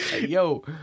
Yo